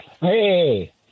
Hey